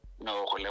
No